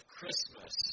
Christmas